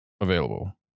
available